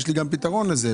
יש לי גם פתרון לזה,